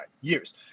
years